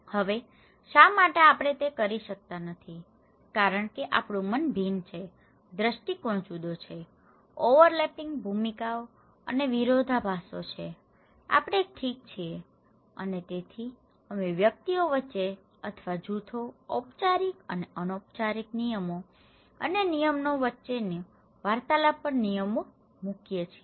હવે શા માટે આપણે તે કરી શકતા નથી કારણ કે આપણું મન ભિન્ન છે દ્રષ્ટિકોણ જુદો છે ઓવરલેપિંગ ભૂમિકાઓ અને વિરોધાભાસો છે આપણે ઠીક છીએ અને તેથી અમે વ્યક્તિઓ વચ્ચે અથવા જૂથો ઔપચારિક અને અનૌપચારિક નિયમો અને નિયમનો વચ્ચેની વાર્તાલાપ પર નિયમો મૂકીએ છીએ